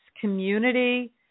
community